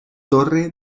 torre